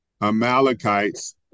Amalekites